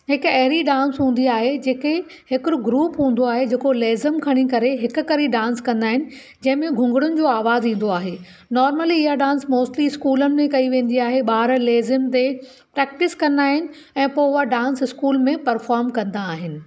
हिकु एॾी डांस हूंदी आहे जेके हिकु ग्रुप हूंदो आहे जेको लेज़म खणी करे हिकु करी डांस कंदा आहिनि जंहिंमे घुंघणनि जो आवाज़ ईंदो आहे नॉर्मली इहो डांस मोस्टली स्कूलनि में कई वेंदी आहे ॿार लेज़म ते प्रेक्टिस कंदा आहिनि ऐं पोइ डांस स्कूल में परफॉम कंदा आहिनि